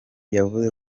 yavuze